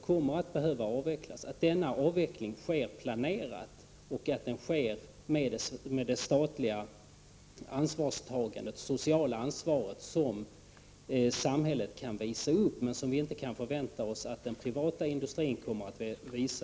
Denna avveckling bör ske planerat, med det sociala ansvar som samhället kan visa upp men som vi inte kan förvänta oss att den privata industrin kommer att visa.